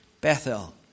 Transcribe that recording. Bethel